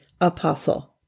apostle